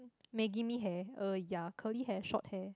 maggie-mee hair uh ya curly hair short hair